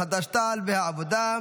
חד"ש-תע"ל והעבודה.